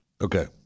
Okay